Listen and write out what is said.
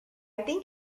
think